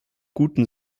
guten